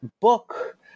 book